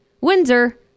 Windsor